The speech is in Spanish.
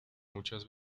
muchas